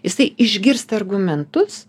jisai išgirsta argumentus